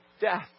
death